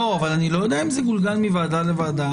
אני לא יודע אם זה גולגל מוועדה לוועדה.